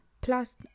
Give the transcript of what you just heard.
plus